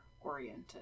oriented